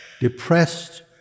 depressed